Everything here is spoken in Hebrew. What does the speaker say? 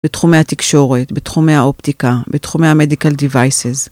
בתחומי התקשורת, בתחומי האופטיקה, בתחומי המדיקל דיווייסס.